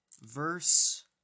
verse